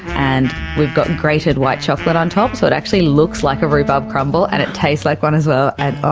and we've got grated white chocolate on top, so it actually looks like a rhubarb crumble and it tastes like one as well. and oh,